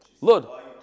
Lud